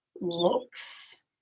looks